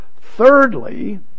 Thirdly